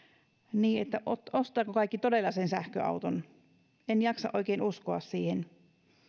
niin että ostavatko kaikki todella sen sähköauton en jaksa oikein uskoa siihen